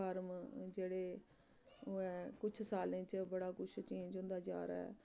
form जेह्ड़े ओह् ऐ कुछ सालें च बड़ा कुछ चेंज होंदा जा रहा ऐ